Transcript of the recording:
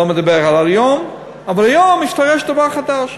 אני לא מדבר על היום, אבל היום השתרש דבר חדש: